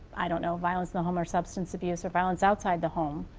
i don't know violence in the home or substance abuse or violence outside the home,